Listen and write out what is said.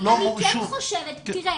אני כן חושבת תראה,